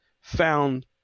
found